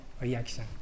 Reaction